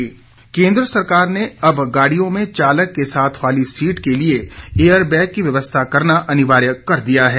air bag केन्द्र सरकार ने अब गाड़ियों में चालक के साथ वाली सीट के लिये एयर बैग की व्यवस्था करना अनिवार्य कर दिया है